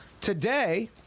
Today